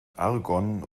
argon